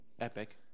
epic